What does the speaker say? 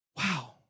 Wow